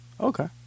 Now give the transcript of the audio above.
Okay